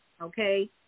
okay